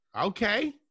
Okay